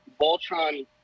Voltron